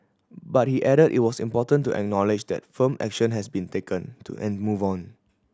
but he added it was important to acknowledge that firm action has been taken to and move on